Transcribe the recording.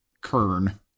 Kern